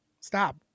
Stop